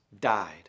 died